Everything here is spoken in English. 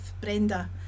Brenda